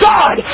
God